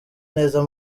neza